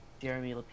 Jeremy